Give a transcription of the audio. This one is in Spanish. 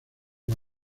los